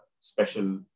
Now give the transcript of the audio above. special